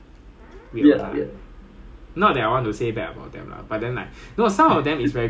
but got those kind right like only book smart right when you give them a bit of stress right they stunned already